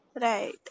Right